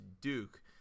Duke